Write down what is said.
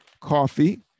coffee